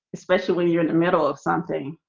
especially you're in the middle of something